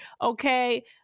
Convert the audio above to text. okay